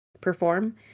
perform